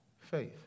faith